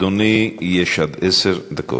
לאדוני יש עד עשר דקות.